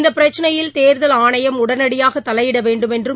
இந்த பிரச்சினையில் தேர்தல் ஆணையம் உடனடியாக தலையிட வேண்டுமென்றும்